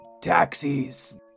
taxis